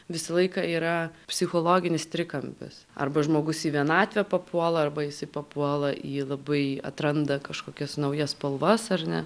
visą laiką yra psichologinis trikampis arba žmogus į vienatvę papuola arba jisai papuola į labai atranda kažkokias naujas spalvas ar ne